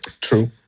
True